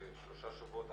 שלושה שבועות.